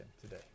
today